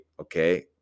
Okay